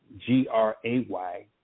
G-R-A-Y